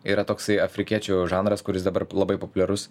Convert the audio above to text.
yra toksai afrikiečių žanras kuris dabar labai populiarus